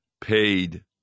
paid